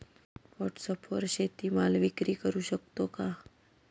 व्हॉटसॲपवर शेती माल विक्री करु शकतो का?